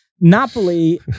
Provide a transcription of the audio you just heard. Napoli